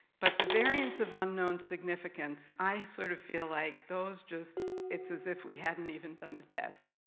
but the variants of unknown significance, i sort of feel like those just it's as if we hadn't even done the test.